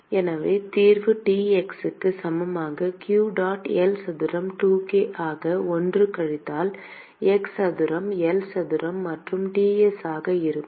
எனவே தீர்வு Tx க்கு சமமான q dot L சதுரம் 2k ஆக 1 கழித்தல் x சதுரம் L சதுரம் மற்றும் Ts ஆக இருக்கும்